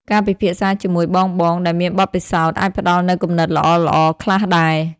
ការពិភាក្សាជាមួយបងៗដែលមានបទពិសោធន៍ អាចផ្តល់នូវគំនិតល្អៗខ្លះដែរ។